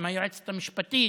עם היועצת המשפטית,